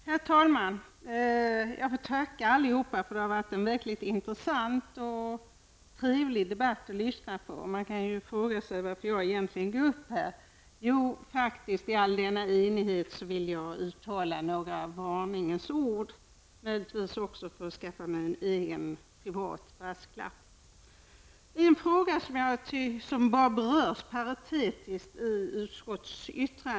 Herr talman! Jag får tacka allihopa. Det har varit en verkligt intressant och trevlig debatt att lyssna på. Man kan fråga sig varför jag egentligen har begärt ordet. Det beror på att jag faktiskt -- i all denna enighet -- vill uttala några varningens ord. Jag vill möjligtvis också skaffa mig en egen, privat brasklapp. Det finns en fråga som i utskottsyttrandet bara berörs parentetiskt.